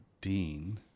dean